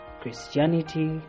Christianity